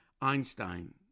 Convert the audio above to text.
einstein